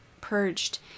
purged